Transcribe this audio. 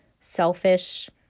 selfish